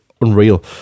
unreal